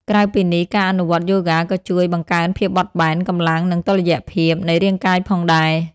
ក្រៅពីនេះ ការអនុវត្តយូហ្គាក៏ជួយ បង្កើនភាពបត់បែន កម្លាំង និងតុល្យភាព នៃរាងកាយផងដែរ។